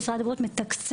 משרד הבריאות מתקצב,